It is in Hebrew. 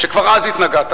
שכבר אז התנגדת,